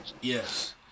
Yes